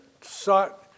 sought